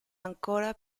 ancora